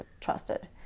trusted